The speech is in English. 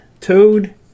Toad